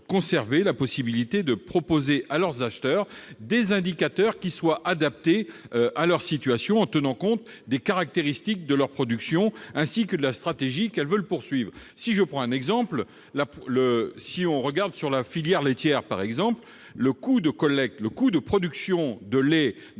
conserver la possibilité de proposer à leurs acheteurs des indicateurs adaptés à leur situation, en tenant compte des caractéristiques de leur production, ainsi que de la stratégie qu'elles veulent poursuivre. Si l'on considère la filière laitière, par exemple, le coût de production et de